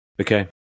Okay